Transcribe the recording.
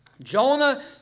Jonah